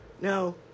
No